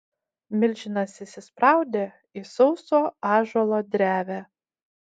milžinas įsispraudė į sauso ąžuolo drevę